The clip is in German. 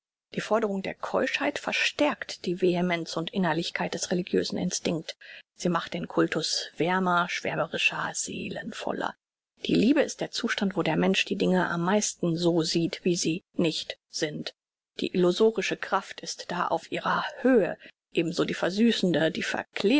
die forderung der keuschheit verstärkt die vehemenz und innerlichkeit des religiösen instinkts sie macht den cultus wärmer schwärmerischer seelenvoller die liebe ist der zustand wo der mensch die dinge am meisten so sieht wie sie nicht sind die illusorische kraft ist da auf ihrer höhe ebenso die versüßende